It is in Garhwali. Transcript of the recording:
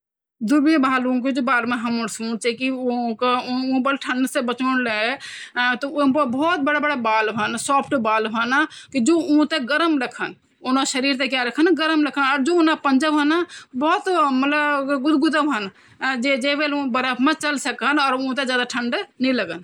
नहीं ओट् दूध या सोया दूध ते दूध बोणु गलत निच, खाद्य एवं औषधि प्रसास्करण द्वारा प्रस्ताव दिए ग्ये कि ओट् सोया और बादाम का पेय ते दूध की श्रेणी मा रखे जौ।